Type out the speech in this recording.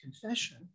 confession